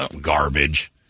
garbage